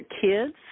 kids